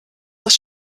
das